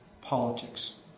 politics